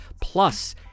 plus